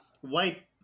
White